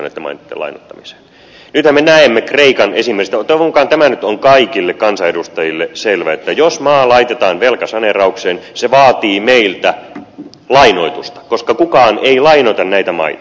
nythän me näemme kreikan esimerkistä toivon mukaan tämä nyt on kaikille kansanedustajille selvä että jos maa laitetaan velkasaneeraukseen se vaatii meiltä lainoitusta koska kukaan ei lainoita näitä maita